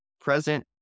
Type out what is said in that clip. present